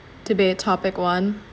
today topic one